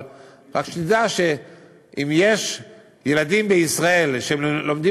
אבל רק שתדע שאם יש ילדים בישראל שלומדים